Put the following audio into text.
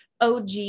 OG